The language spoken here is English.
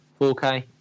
4K